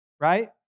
right